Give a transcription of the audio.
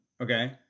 Okay